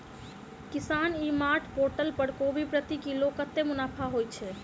किसान e mart portal पर कोबी प्रति किलो कतै मुनाफा होइ छै?